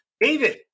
David